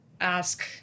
ask